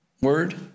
word